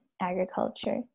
agriculture